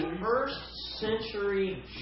first-century